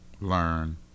learn